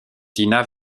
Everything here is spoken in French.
tina